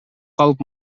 калып